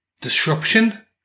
disruption